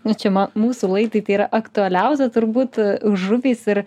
nu čia ma mūsų laidai tai yra aktualiausia turbūt žuvys ir